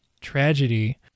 tragedy